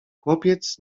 chłopiec